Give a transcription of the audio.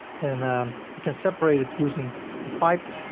and we can separate it using the pipe.